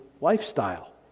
lifestyle